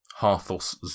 Harthos